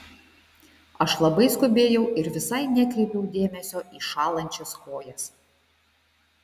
aš labai skubėjau ir visai nekreipiau dėmesio į šąlančias kojas